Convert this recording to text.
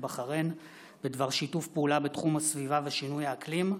בחריין בדבר שיתוף פעולה בתחום הסביבה ושינוי האקלים.